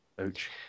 Ouch